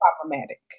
problematic